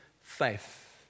faith